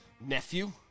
Nephew